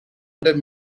under